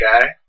guy